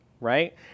right